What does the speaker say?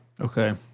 okay